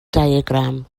diagram